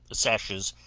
sashes,